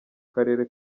karere